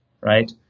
right